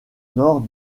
nord